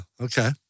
Okay